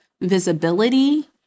visibility